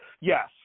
yes